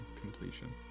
completion